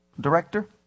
director